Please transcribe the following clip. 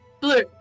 Blue